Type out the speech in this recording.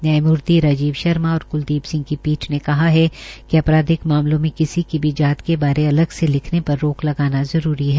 न्यायमूर्ति राजीव शर्मा और क्लदीप सिह की पीठ ने कहा है कि अपराधिक मामलों में किसी की भी जात के बारे अलग से लिखने पर रोक लगाना जरूरी है